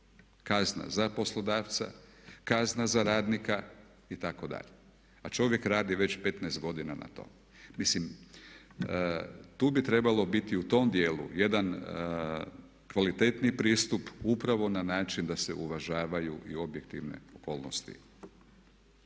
kazna za poslodavca kazna za radnika itd. a čovjek radi već 15 godina na tom. Mislim tu bi trebalo biti u tom djelu jedan kvalitetniji pristup upravo na način da se uvažavaju i objektivne okolnosti.